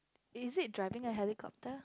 is it driving a helicopter